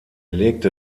legte